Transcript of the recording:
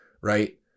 right